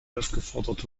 aufgefordert